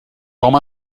com